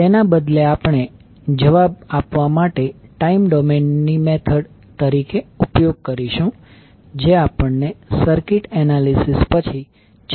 તેથી તેના બદલે આપણે જવાબ આપવા માટે ટાઇમ ડોમેઈન નો મેથડ તરીકે ઉપયોગ કરીશું જે આપણને સર્કિટ એનાલિસિસ પછી છેલ્લે મળે છે